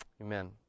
Amen